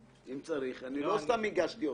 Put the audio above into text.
לא סתם הגשתי אותה,